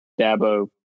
Dabo